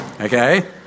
Okay